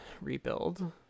rebuild